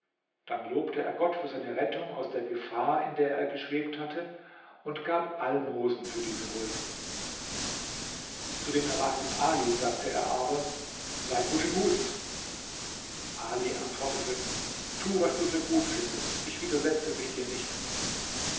dann lobte er gott für seine rettung aus der gefahr in der er geschwebt hatte und gab almosen für diese huld zu dem erwachten ali sagte er aber sei guten muts ali antwortete tu was du für gut findest ich widersetze mich dir nicht